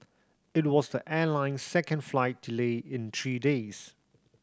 it was the airline's second flight delay in three days